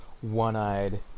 one-eyed